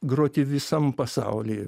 groti visam pasauly